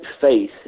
faith